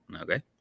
Okay